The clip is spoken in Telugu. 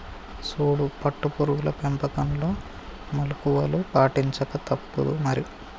సూడు పట్టు పురుగుల పెంపకంలో మెళుకువలు పాటించక తప్పుదు మరి